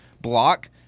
block